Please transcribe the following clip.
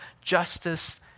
justice